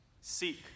Seek